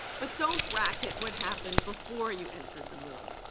but don't bracket what happened before you entered the room.